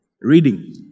Reading